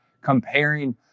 comparing